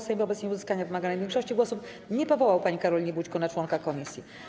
Sejm wobec nieuzyskania wymaganej większości głosów nie powołał pani Karoliny Bućko na członka komisji.